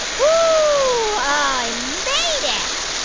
oh, i made it.